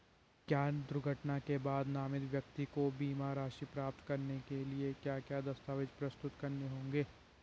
क्या दुर्घटना के बाद नामित व्यक्ति को बीमा राशि प्राप्त करने के लिए क्या क्या दस्तावेज़ प्रस्तुत करने होंगे?